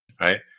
right